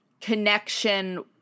connection